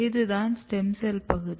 இது தான் stem cell பகுதி